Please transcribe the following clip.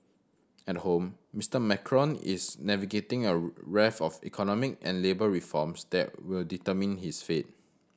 at home Mister Macron is navigating a raft of economy and labour reforms that will determine his fate